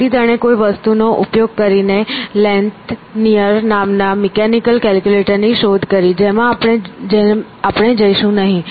તેથી તેણે કોઈ વસ્તુનો ઉપયોગ કરીને લેન્થનીયર નામના મિકેનિકલ કેલ્ક્યુલેટર ની શોધ કરી જેમાં આપણે જઈશું નહીં